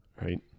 right